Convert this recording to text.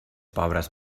pobres